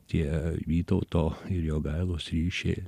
tie vytauto ir jogailos ryšiai